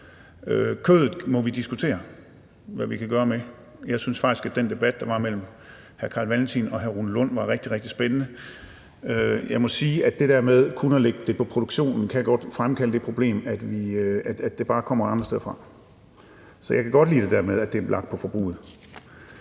Kødet må vi diskutere hvad vi kan gøre med. Jeg synes faktisk, at den debat, der var mellem hr. Carl Valentin og hr. Rune Lund, var rigtig, rigtig spændende. Jeg må sige, at det med kun at lægge afgiften på produktionen godt kan fremkalde det problem, at CO2'en bare kommer andre steder fra. Så jeg kan godt lide det her med, at den er lagt på forbruget.